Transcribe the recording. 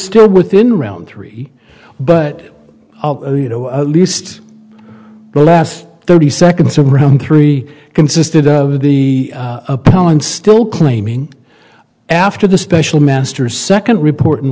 still within round three but you know at least the last thirty seconds around three consisted of the appellant still claiming after the special master second report